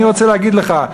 אני רוצה להגיד לך,